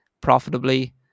profitably